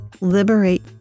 Liberate